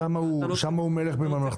שם הוא מלך בממלכתו.